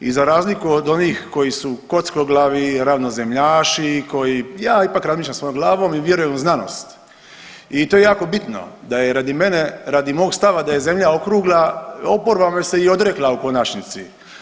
I za razliku od onih koji su kockoglavi, ravnozemljaši, koji ja ipak razmišljam svojom glavom i vjerujem u znanost i to je jako bitno da je radi mene, radi mog stava da je Zemlja okrugla oporba me se i odrekla u konačnici.